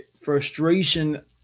frustration